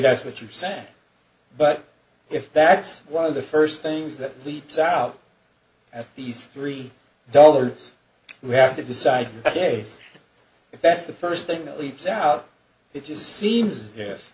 that's what you're saying but if that's one of the first things that leaps out at these three dollars we have to decide ok if that's the first thing that leaps out it just seems